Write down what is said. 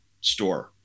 store